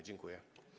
Dziękuję.